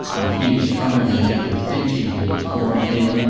and he is trying to make her think she can reform him,